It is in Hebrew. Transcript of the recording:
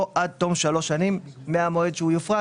או עד תום שלוש שנים מהמועד שהוא יופרד.